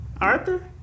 Arthur